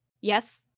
Yes